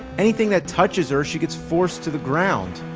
anything that touches her she gets forced to the ground.